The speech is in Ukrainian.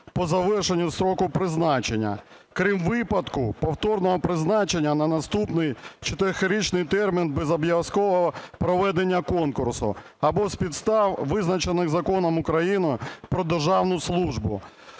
по завершенню строку призначення (крім випадку повторного призначення на наступний 4-річний термін без обов'язкового проведення конкурсу) або з підстав, визначених Законом України "Про державну службу".